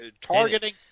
targeting